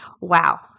wow